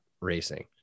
racing